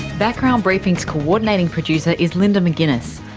background briefing's coordinating producer is linda mcginness,